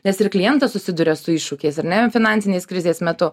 nes ir klientas susiduria su iššūkiais ar ne finansinės krizės metu